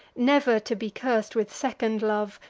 never to be curst with second love,